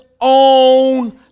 own